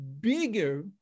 bigger